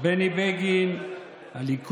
היות